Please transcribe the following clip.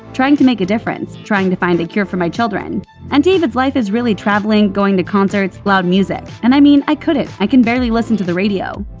trying to make a difference, trying to find a cure for my children and david's life is really traveling, going to concerts, loud music. and i mean, i couldn't, i can barely listen to the radio.